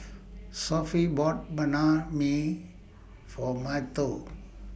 Sophie bought Banh MI For Mateo